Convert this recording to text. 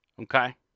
okay